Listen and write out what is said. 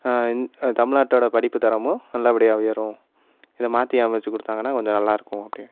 தமிழ்நாட்டோட படிப்பு தரமும் நல்லபடியாக உயரும் இதை மாற்றி அமைத்து கொடுத்தாங்கன்னா கொஞ்சம் நல்லாயிருக்கும் அப்படின்